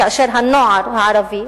כאשר הנוער הערבי,